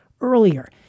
earlier